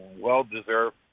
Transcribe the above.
well-deserved